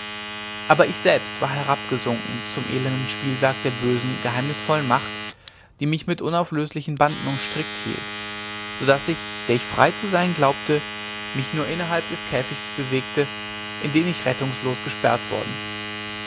aber ich selbst war herabgesunken zum elenden spielwerk der bösen geheimnisvollen macht die mich mit unauflöslichen banden umstrickt hielt so daß ich der ich frei zu sein glaubte mich nur innerhalb des käfichts bewegte in den ich rettungslos gesperrt worden